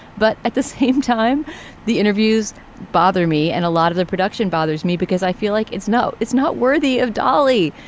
but at the same time the interviews bother me and a lot of the production bothers me because i feel like it's no it's not worthy of dolly.